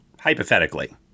hypothetically